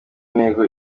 intego